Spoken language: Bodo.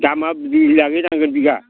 दामा बिघायै नांगोन बिघा